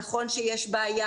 נכון שיש בעיה,